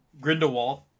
Grindelwald